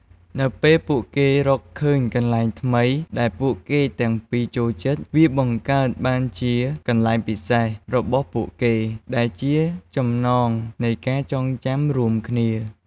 នៅពេលពួកគេរកឃើញកន្លែងថ្មីដែលពួកគេទាំងពីរចូលចិត្ត វាបង្កើតបានជា "កន្លែងពិសេស" របស់ពួកគេ ដែលជាចំណងនៃការចងចាំរួមគ្នា។